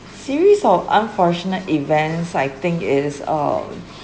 series of unfortunate events I think is err